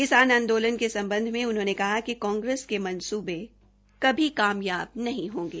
किसान आंदोलन के सम्बध मे उन्होंने कहा कि कांग्रेस के मनसूबे कभी कामयाब नहीं होंगे